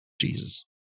jesus